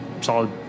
solid